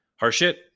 Harshit